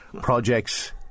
projects